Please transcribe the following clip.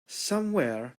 somewhere